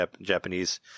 Japanese